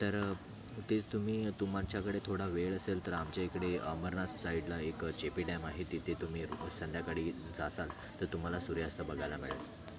तर तेच तुम्ही तुमच्याकडे थोडा वेळ असेल तर आमच्याइकडे अमरनाथ साइडला एक जे पी डॅम आहे तिथे तुम्ही रोज संध्याकाळी जासाल तर तुम्हाला सूर्यास्त बघायला मिळेल